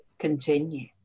continue